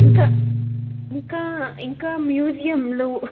ఇంక ఇంకా ఇంకా మ్యూజియంలు